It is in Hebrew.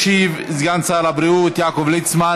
ישיב סגן שר הבריאות יעקב ליצמן.